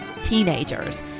teenagers